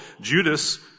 Judas